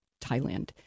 Thailand